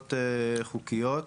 מגבלות חוקיות.